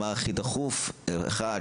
מה הכי דחוף אחד,